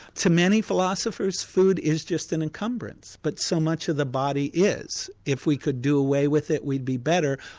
to many philosophers, food is just an encumbrance, but so much of the body is if we could do away with it, we'd be better.